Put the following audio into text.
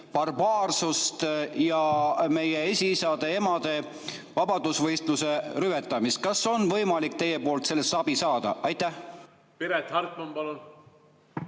barbaarsust ja meie esiisade-esiemade vabadusvõitluse rüvetamist? Kas on võimalik teilt abi saada? Aitäh,